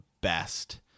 best